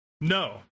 No